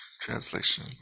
translation